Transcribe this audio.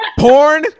porn